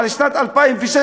על שנת 2016,